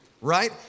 right